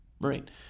Right